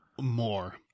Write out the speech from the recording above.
More